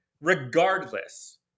regardless